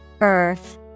Earth